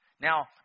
Now